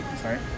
sorry